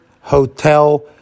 hotel